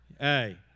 hey